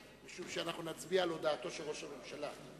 משום שנצביע על הודעתו של ראש הממשלה.